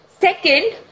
Second